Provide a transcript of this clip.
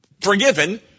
forgiven